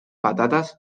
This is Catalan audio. patates